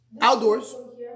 outdoors